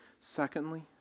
Secondly